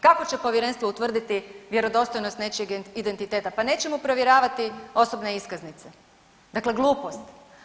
Kako će povjerenstvo utvrditi vjerodostojnost nečijeg identiteta pa neće mu provjeravati osobne iskaznice, dakle glupost.